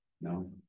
No